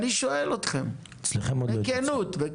אצלכם עוד לא התנצלו.